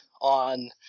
on